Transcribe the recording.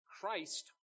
Christ